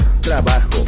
trabajo